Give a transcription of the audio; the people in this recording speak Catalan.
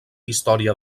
història